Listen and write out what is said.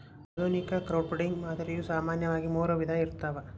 ಆಧುನಿಕ ಕ್ರೌಡ್ಫಂಡಿಂಗ್ ಮಾದರಿಯು ಸಾಮಾನ್ಯವಾಗಿ ಮೂರು ವಿಧ ಇರ್ತವ